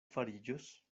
fariĝos